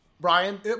Brian